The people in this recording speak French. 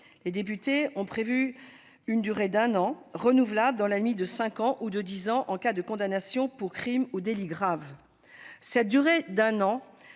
Les députés ont prévu une durée d'un an, renouvelable dans la limite de cinq ans, voire de dix ans en cas de condamnation pour crime ou délit grave. Cette durée d'un an